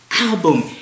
album